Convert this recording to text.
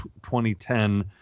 2010